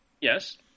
yes